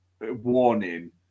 warning